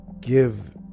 give